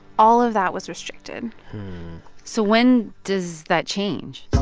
all of that was restricted so when does that change?